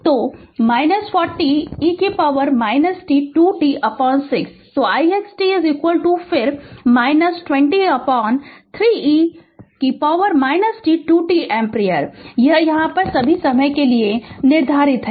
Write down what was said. तो 40 e t 2 t6 तो ix t फिर 203 e t 2 t एम्पीयर यह यह सभी समय के लिए निर्धारित है